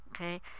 okay